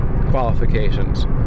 qualifications